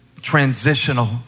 transitional